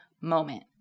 moment